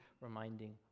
reminding